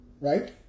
Right